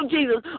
Jesus